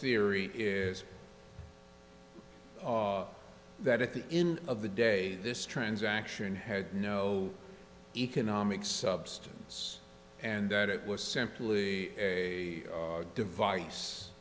theory is that at the end of the day this transaction had no economic substance and that it was simply a device